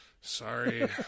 Sorry